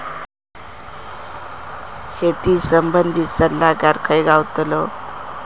शेती संबंधित सल्लागार खय गावतलो?